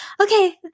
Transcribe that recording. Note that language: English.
okay